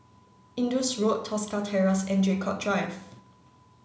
Indus Road Tosca Terrace and Draycott Drive